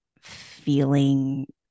feeling